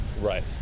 right